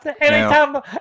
anytime